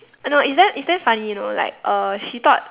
no it's damn it's damn funny you know like uh she thought